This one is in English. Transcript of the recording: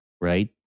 right